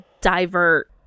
divert